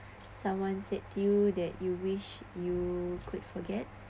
someone said to you that you wish you could forget